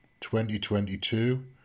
2022